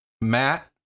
Matt